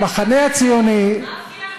המחנה הציוני, מאפיה?